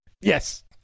yes